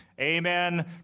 Amen